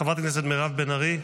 חברת הכנסת מירב בן ארי,